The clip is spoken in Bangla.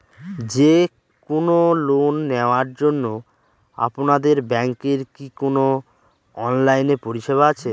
যে কোন লোন নেওয়ার জন্য আপনাদের ব্যাঙ্কের কি কোন অনলাইনে পরিষেবা আছে?